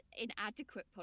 inadequate